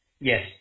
Yes